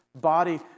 body